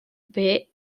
bey